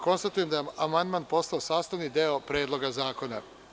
Konstatujem da je amandman postao sastavni deo Predloga zakona.